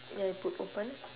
ya it put open